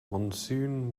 monsoon